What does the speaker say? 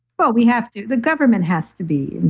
but we have to. the government has to be.